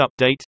Update